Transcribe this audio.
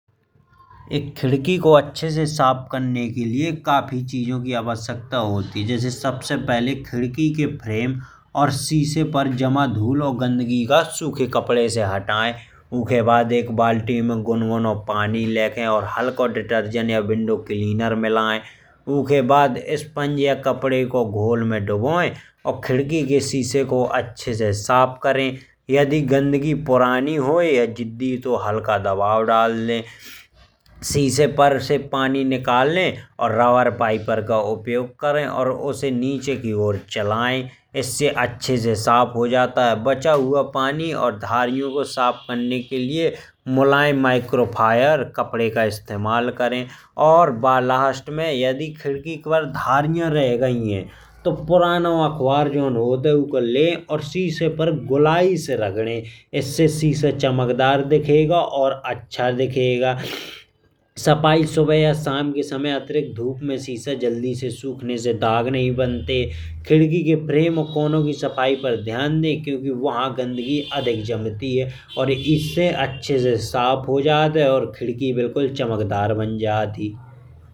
एक खिड़की को अच्छे से साफ करने के लिए काफी चीज़ों की आवश्यकता होत है। जैसे सबसे पहले खिड़की के फ्रेम शीशे पर जमा धूल और गंदगी को सूखे कपड़े से हटाए। उके बाद एक बाल्टी में गुनगुना पानी लेके और हल्को डिटर्जेंट या विंडो क्लीनर मिलाए। उखे बाद स्पॉन्ज या कपड़े को घोल में डुबोएं और खिड़की के शीशे को अच्छे से साफ करें। यदि गंदगी पुरानी होय या जिद्दी होय तो हल्का सा दबाव डाल दे। शीशे पर से पानी निकालने और रबर पाइपर का उपयोग करे। और उसे नीचे की ओर चलाएं इस से अच्छे से साफ हो जात है। और बचा हुआ पानी और धारियों को साफ करने के लिए मुलायम माइक्रो फाइबर कपड़े का इस्तेमाल करें। और अगर लास्ट में खिड़की पर धारियाँ रह गई हैं तो पुराना अखबार जोन होत हैं। उनको ले और शीशे पर गोलाई से रगड़े और इस से शीशा चमकदार और अच्छा दिखेगा। सफाई सुबह और शाम के अतिरिक्त धूप में शीशा जल्दी से सूखने से दाग नहीं बनते। खिड़की के फ्रेम और कोनों की सफाई पर ध्यान दे क्योंकि वहाँ गंदगी अधिक जमती है। और इस से अच्छे से साफ हो जात हैं और खिड़की बिल्कुल चमकदार बन जात ही।